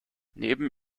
neben